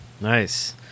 Nice